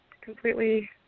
completely